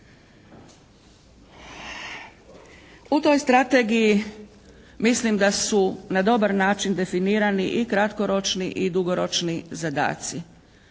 U toj strategiji mislim da su na dobar način definirani i kratkoročni i dugoročni zadaci.